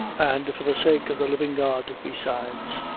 and for the sake of the living god besides,